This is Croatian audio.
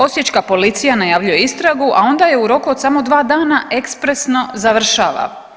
Osječka policija najavljuje istragu, a onda je u roku od samo dva dana ekspresno završava.